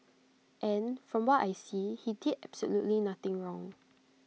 and from what I see he did absolutely nothing wrong